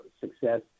success